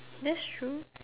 that's true